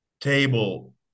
table